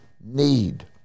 need